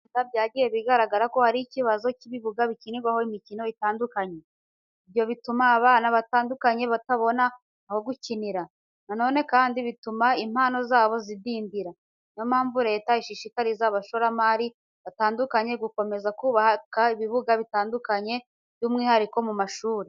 Mu Rwanda byagiye bigaragara ko hari ikibazo cy'ibibuga bikinirwaho imikino itandukanye, ibyo bituma abana batandukanye batabona aho gukinira. Na none kandi bituma impano zabo zidindira, ni yo mpamvu leta ishishikariza abashoramari batandukanye gukomeza kubaka ibibuga bitandukanye by'umwihariko mu mashuri.